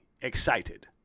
excited